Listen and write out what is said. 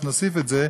אנחנו נוסיף את זה,